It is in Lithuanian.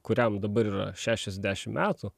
kuriam dabar yra šešiasdešim metų